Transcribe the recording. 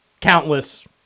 countless